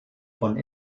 von